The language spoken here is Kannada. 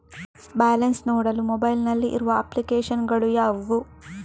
ಬ್ಯಾಲೆನ್ಸ್ ನೋಡಲು ಮೊಬೈಲ್ ನಲ್ಲಿ ಇರುವ ಅಪ್ಲಿಕೇಶನ್ ಗಳು ಯಾವುವು?